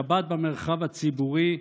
שבת במרחב הציבורי,